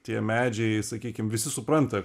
tie medžiai sakykim visi supranta